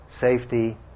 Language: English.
safety